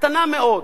קטנה מאוד,